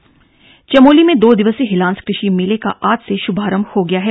हिलांस मेला चमोली चमोली में दो दिवसीय हिलांस कृषि मेले का आज से श्भारम्भ हो गया है